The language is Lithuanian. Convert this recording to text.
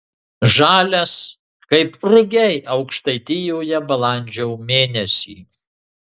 žalias kaip rugiai aukštaitijoje balandžio mėnesį